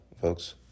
folks